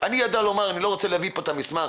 אני לא רוצה להביא לפה את המסמך,